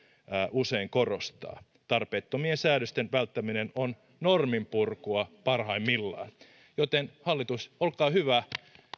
usein korostaa tarpeettomien säädösten välttäminen on norminpurkua parhaimmillaan joten hallitus olkaa hyvä